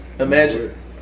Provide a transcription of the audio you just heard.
Imagine